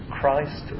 Christ